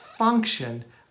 function